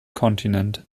kontinent